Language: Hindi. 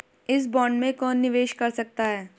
इस बॉन्ड में कौन निवेश कर सकता है?